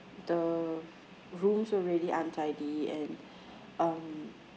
the rooms were really untidy and um